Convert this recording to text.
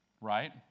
right